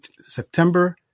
September